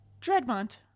Dreadmont